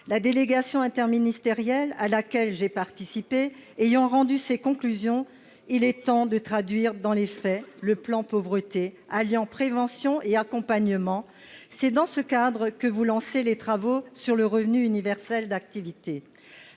La délégation interministérielle à laquelle j'ai participé a rendu ses conclusions : il est temps de traduire dans les faits le plan Pauvreté, qui allie « prévention » et « accompagnement ». C'est dans ce cadre, madame la secrétaire d'État, que vous lancez les travaux sur le revenu universel d'activité.